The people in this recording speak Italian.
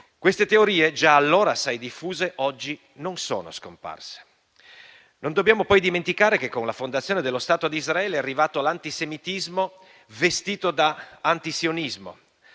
Queste teorie, già allora assai diffuse, oggi non sono scomparse. Non dobbiamo poi dimenticare che, con la fondazione dello Stato di Israele, è arrivato l'antisemitismo vestito da antisionismo,